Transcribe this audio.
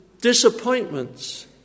disappointments